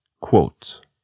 quote